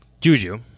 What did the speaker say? Juju